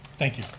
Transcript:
thank you.